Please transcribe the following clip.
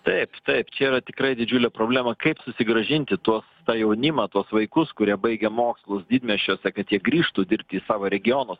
taip taip čia yra tikrai didžiulė problema kaip susigrąžinti tuos tą jaunimą tuos vaikus kurie baigia mokslus didmiesčiuose kad jie grįžtų dirbti į savo regionus